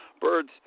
birds